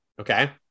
Okay